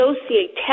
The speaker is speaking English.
associate